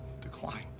decline